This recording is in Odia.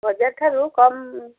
ବଜାର ଠାରୁ କମ୍